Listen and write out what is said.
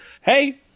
hey